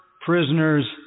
prisoners